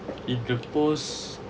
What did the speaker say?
in the post